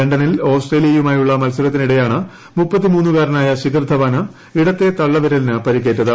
ലണ്ടനിൽ ഓസ്ട്രേലിയയുമായുള്ള മത്സരത്തിനിടെയാണ് മുപ്പത്തിമൂന്നുകാരനായ ശിഖർ ധവാന് ഇടത്തേതള്ളവിരലിന് പരിക്കേറ്റത്